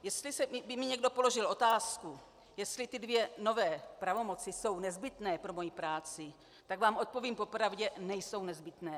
Jestli by mi někdo položil otázku, jestli dvě nové pravomoci jsou nezbytné pro moji práci, tak vám odpovím po pravdě, že nejsou nezbytné.